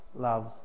loves